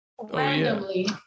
randomly